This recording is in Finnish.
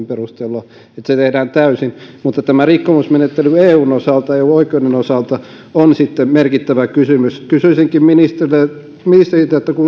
perusteella olla että se tehdään täysin mutta tämä rikkomusmenettely eun osalta eu oikeuden osalta on sitten merkittävä kysymys kysyisinkin ministeriltä ministeriltä kun